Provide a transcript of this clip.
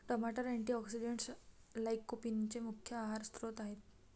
टमाटर अँटीऑक्सिडेंट्स लाइकोपीनचे मुख्य आहार स्त्रोत आहेत